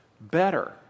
better